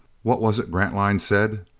what was it grantline said?